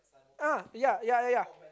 ah ya ya ya ya